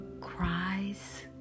cries